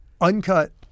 uncut